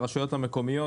והרשויות המקומיות